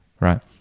right